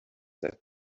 that